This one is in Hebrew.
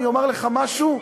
אני אומר לך משהו,